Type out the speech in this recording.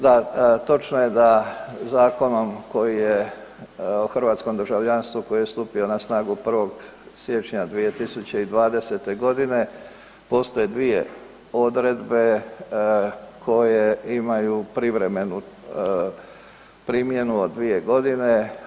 Da, točno je da zakonom koji je o hrvatskom državljanstvu koji je stupio na snagu 1. Siječnja 2020. godine postoje 2 odredbe koje imaju privremenu primjenu od 2 godine.